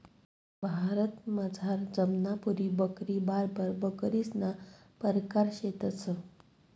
भारतमझार जमनापुरी बकरी, बार्बर बकरीसना परकार शेतंस